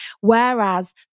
Whereas